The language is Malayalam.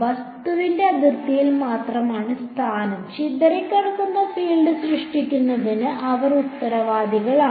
വസ്തുവിന്റെ അതിർത്തിയിൽ മാത്രമാണ് സ്ഥാനം ചിതറിക്കിടക്കുന്ന ഫീൽഡ് സൃഷ്ടിക്കുന്നതിന് അവർ ഉത്തരവാദികളാണ്